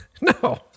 no